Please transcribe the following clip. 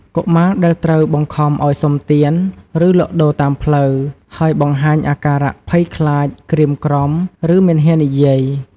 កុមារដែលត្រូវបង្ខំឲ្យសុំទាន ឬលក់ដូរតាមផ្លូវ ហើយបង្ហាញអាការៈភ័យខ្លាច ក្រៀមក្រំ ឬមិនហ៊ាននិយាយ។